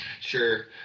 Sure